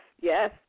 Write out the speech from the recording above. yes